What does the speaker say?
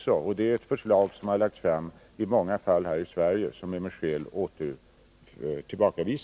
Sådana förslag har lagts fram i många fall här i Sverige, men de har med skäl tillbakavisats.